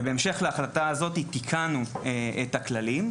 ובהמשך להחלטה זו תיקנו את הכללים.